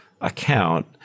account